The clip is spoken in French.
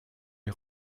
est